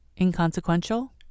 Inconsequential